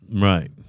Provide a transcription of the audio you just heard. Right